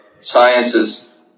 sciences